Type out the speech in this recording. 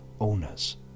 owners